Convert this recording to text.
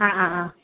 ആ ആ ആ